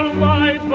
my